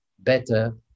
better